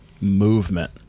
movement